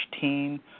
team